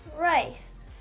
Rice